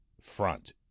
front